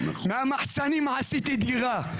מהמחסנים עשיתי דירה,